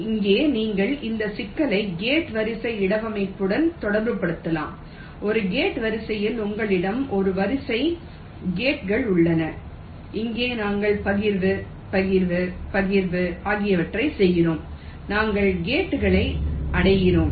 இங்கே நீங்கள் இந்த சிக்கலை கேட் வரிசை இடவமைப்புடன் தொடர்புபடுத்தலாம் ஒரு கேட் வரிசையில் உங்களிடம் ஒரு வரிசை கேட்கள் உள்ளன இங்கே நாங்கள் பகிர்வு பகிர்வு பகிர்வு ஆகியவற்றை செய்கிறோம் நாங்கள் கேட்களை அடைகிறோம்